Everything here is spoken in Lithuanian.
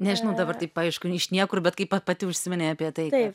nežinau dabar taip aišku iš niekur bet kai pa pati užsiminei apie tai kad